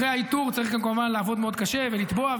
אחרי האיתור צריך גם לעבוד מאוד קשה ולתבוע,